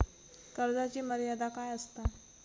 कर्जाची मर्यादा काय असता?